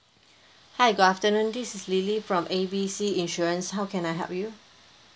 hi good afternoon this is lily from A B C insurance how can I help you